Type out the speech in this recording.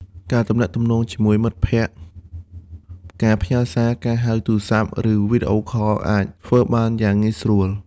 ការទំនាក់ទំនងជាមួយមិត្តភក្តិ ការផ្ញើសារ ការហៅទូរស័ព្ទ ឬវីដេអូខល អាចធ្វើបានយ៉ាងងាយស្រួល។